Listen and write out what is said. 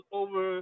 over